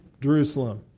Jerusalem